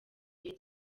gihe